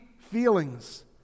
feelings